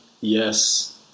Yes